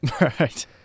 right